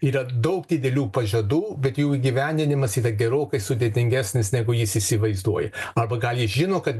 yra daug didelių pažadų bet jų įgyvendinimas yra gerokai sudėtingesnis negu jis įsivaizduoja arba gal jis žino kad